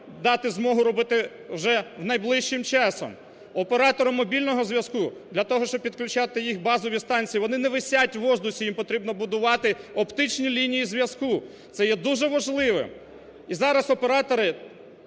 дати змогу робити вже найближчим часом. Операторам мобільного зв'язку для того, щоб підключати їх базові станції, вони не висять в воздусі, їм потрібно будувати оптичні лінії зв'язку. Це є дуже важливим. І зараз оператори